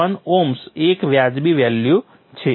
1 ohm એક વાજબી value છે